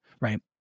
Right